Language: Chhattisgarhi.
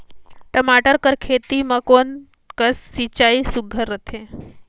टमाटर कर खेती म कोन कस सिंचाई सुघ्घर रथे?